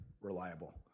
reliable